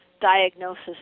diagnosis